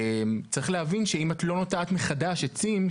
צריך להבין שאם את לא נוטעת מחדש עצים,